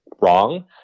wrong